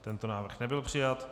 Tento návrh nebyl přijat.